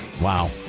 Wow